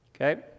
Okay